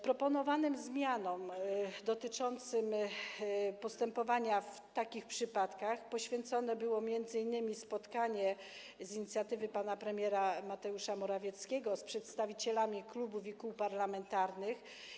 Proponowanym zmianom dotyczącym postępowania w takich przypadkach poświęcone było m.in. zorganizowane z inicjatywy pana premiera Mateusza Morawieckiego spotkanie z przedstawicielami klubów i kół parlamentarnych.